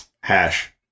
Hash